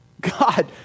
God